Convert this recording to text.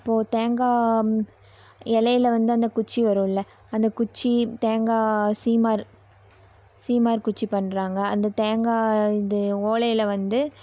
இப்போது தேங்காய் இலையில வந்து அந்த குச்சி வரும்ல அந்த குச்சி தேங்காய் சீமர் சீமர் குச்சி பண்ணுறாங்க அந்த தேங்காய் இது ஓலையில் வந்து